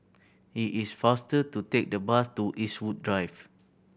it is faster to take the bus to Eastwood Drive